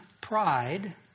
pride